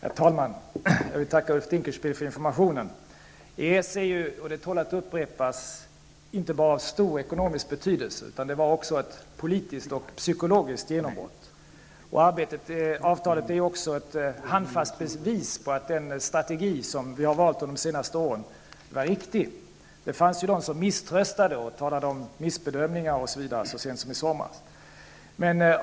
Herr talman! Jag vill tacka Ulf Dinkelspiel för informationen. EES är ju -- och det tål att upprepas -- inte bara av stor ekonomisk betydelse, utan det var också ett politiskt och psykologiskt genombrott. Avtalet är ju också ett handfast bevis på att den strategi vi har valt under de senaste åren var riktig. Det fanns de som misströstade och talade om missbedömningar osv. så sent som i somras.